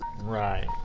Right